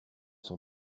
son